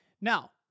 Now